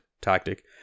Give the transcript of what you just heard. tactic